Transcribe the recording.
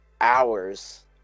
hours